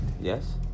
yes